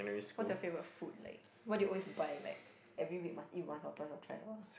what's your favourite food like what do you always buy like every week must eat like once or twice or thrice or